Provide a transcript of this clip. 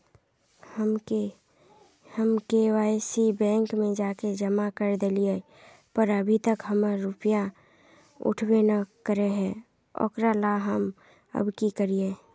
हम KYC bank में जाके जमा कर देलिए पर अभी तक हमर रुपया उठबे न करे है ओकरा ला हम अब की करिए?